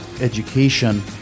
education